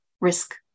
risk